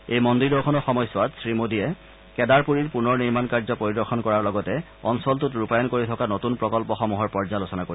এই মন্দিৰ দৰ্শনৰ সময়ছোৱাত শ্ৰীমোডীয়ে কেডাৰপুৰীৰ পুনৰ নিৰ্মাণকাৰ্য পৰিদৰ্শন কৰাৰ লগতে অঞ্চলটোত ৰূপায়ণ কৰি থকা নতুন প্ৰকল্পসমূহৰ পৰ্যালোচনা কৰিব